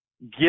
give